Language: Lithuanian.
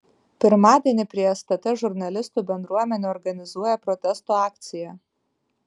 pirmadienį prie stt žurnalistų bendruomenė organizuoja protesto akciją